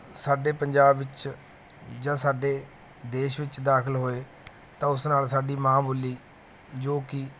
ਸਾਡੇ ਪੰਜਾਬ ਵਿੱਚ ਜਾਂ ਸਾਡੇ ਦੇਸ਼ ਵਿੱਚ ਦਾਖਲ ਹੋਏ ਤਾਂ ਉਸ ਨਾਲ ਸਾਡੀ ਮਾਂ ਬੋਲੀ ਜੋ ਕਿ